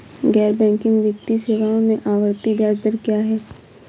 गैर बैंकिंग वित्तीय सेवाओं में आवर्ती ब्याज दर क्या है?